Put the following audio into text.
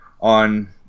on